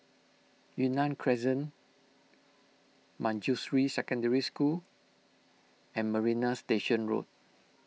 Yunnan Crescent Manjusri Secondary School and Marina Station Road